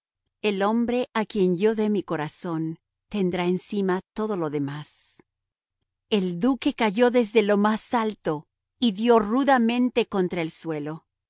el hombre a quien yo dé mi corazón tendrá encima todo lo demás el duque cayó desde lo más alto y dio rudamente contra el suelo